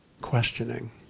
questioning